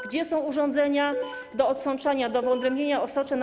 Gdzie są urządzenia do odsączania, do wyodrębnienia osocza?